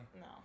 No